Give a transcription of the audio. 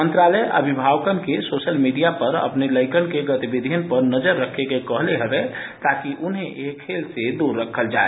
मंत्रालय ने अभिभावकों को सोशल मीडिया पर अपने बच्चों की गतिविघियों पर नजर रखने को कहा है ताकि उन्हें इस खेल से दूर रखा जाए